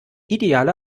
ideale